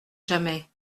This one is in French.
jamais